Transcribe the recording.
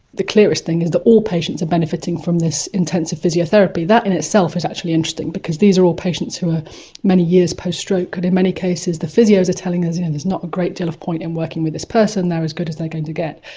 the clearest thing is that all patients are benefiting from this intensive physiotherapy. that in itself is actually interesting because these are all patients who are many years post-stroke and in many cases the physios are telling us there's not a great deal of point in working with this person, they're as good as they're going to get.